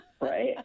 right